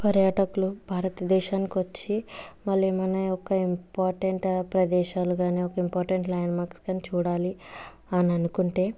పర్యాటకులు భారతదేశానికి వచ్చి వాళ్ళు ఏమైన ఒక ఇంపార్టెంట్ ప్రదేశాలు గాని ఒక ఇంపార్టెంట్ ల్యాండ్ మార్క్స్ కాని చూడాలి అని అనుకుంటే